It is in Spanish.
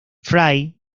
fry